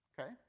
Okay